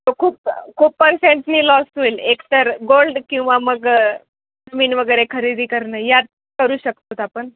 हो खूप खूप पर्सेंटनी लॉस होईल एकतर गोल्ड किंवा मग जमीन वगैरे खरेदी करणं यात करू शकत आहोत आपण